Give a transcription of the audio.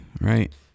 right